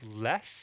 less